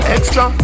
Extra